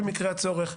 במקרה הצורך.